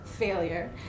failure